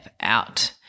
out